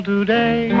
Today